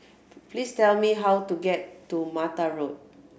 please tell me how to get to Mata Road